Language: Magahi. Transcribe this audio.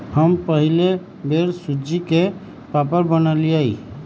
हम पहिल बेर सूज्ज़ी के पापड़ बनलियइ